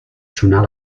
sonar